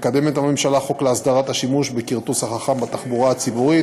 הממשלה מקדמת חוק להסדרת השימוש בכרטוס החכם בתחבורה הציבורית.